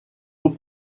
eaux